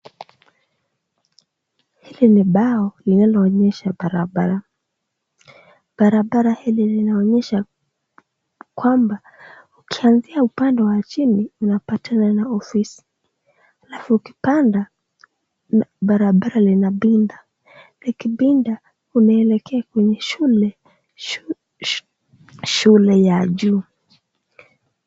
Hili ni bao linaloonyesha barabara . Barabara hili linaonyesha kwamba ukianzia upande wa chini, unapatana na ofisi. Ukipanda, barabara linapinda, likipinda, unaelekea kwenye shule ya juu.